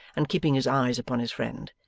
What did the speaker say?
and keeping his eyes upon his friend.